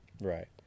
Right